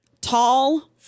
Tall